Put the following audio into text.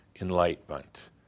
enlightenment